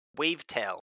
Wavetail